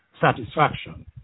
satisfaction